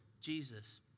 Jesus